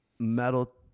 metal